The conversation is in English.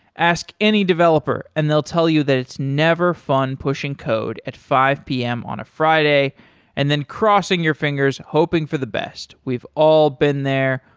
ask any developer and they'll tell you that it's never fun pushing code at five p m. on a friday and then crossing your fingers hoping for the best. we've all been there.